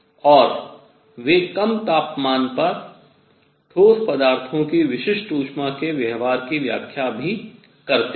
और वे कम तापमान पर ठोस पदार्थों की विशिष्ट ऊष्मा के व्यवहार की व्याख्या करते हैं